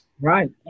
Right